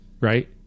right